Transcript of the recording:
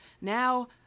Now